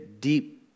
deep